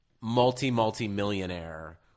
multi-multi-millionaire